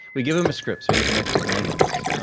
we give them a script, so you can actually blame us.